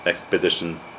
expedition